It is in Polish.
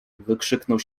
wykrzyknął